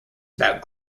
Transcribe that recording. about